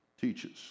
teaches